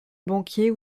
banquiers